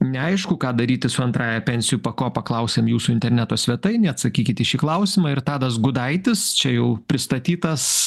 neaišku ką daryti su antrąja pensijų pakopa klausiam jūsų interneto svetainėj atsakykit į šį klausimą ir tadas gudaitis čia jau pristatytas